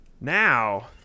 Now